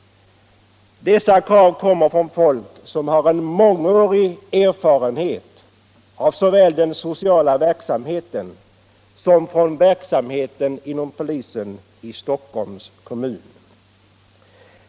Dessa krav kom från folk som har mångårig erfarenhet av såväl social verksamhet som verksamhet inom polisen i Stockholms kommun.